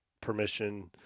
permission